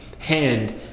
hand